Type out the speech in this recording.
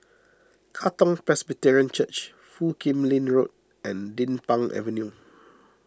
Katong Presbyterian Church Foo Kim Lin Road and Din Pang Avenue